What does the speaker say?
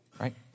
right